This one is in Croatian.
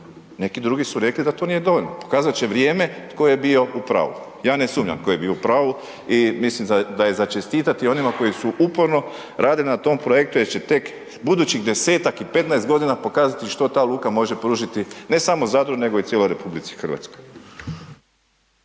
Neki drugi su rekli da to nije dovoljno, pokazati će vrijeme tko je bio u pravu. Ja ne sumnjam ko je bio u pravu i mislim da je za čestitati onima koji su uporno radili na tom projektu, jer će tek budućih 10-tak i 15 g. pokazati, što ta luka može pružiti, ne samo Zadru nego i cijeloj RH. **Petrov,